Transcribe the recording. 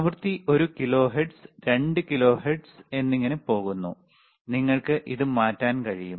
ആവൃത്തി ഒരു kilohertz 2 kilohertz എന്നിങ്ങനെ പോകുന്നു നിങ്ങൾക്ക് ഇത് മാറ്റാൻ കഴിയും